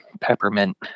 peppermint